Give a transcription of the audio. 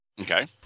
Okay